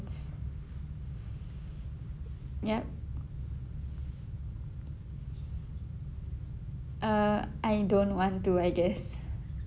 yup uh I don't want to I guess